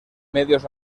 medios